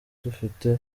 dufite